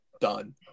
done